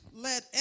Let